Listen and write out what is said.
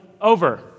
over